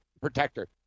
protector